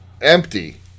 empty